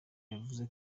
yavuze